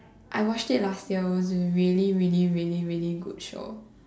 I watched it last year it was a really really really really good show